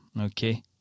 Okay